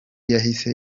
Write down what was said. yahise